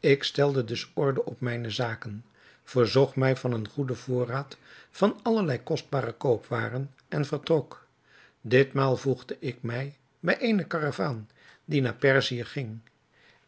ik stelde dus orde op mijne zaken voorzag mij van een goeden voorraad van allerlei kostbare koopwaren en vertrok ditmaal voegde ik mij bij eene karavaan die naar perzië ging